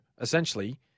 essentially